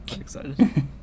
Excited